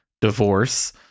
divorce